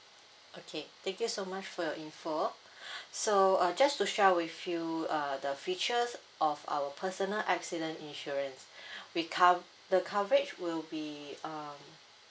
okay thank you so much for your info so uh just to share with you err the features of our personal accident insurance we co~ the coverage will be um